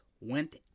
went